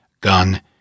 Gun